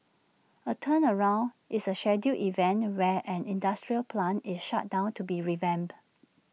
A turnaround is A scheduled event where an industrial plant is shut down to be revamped